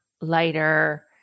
lighter